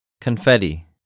Confetti